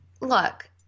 look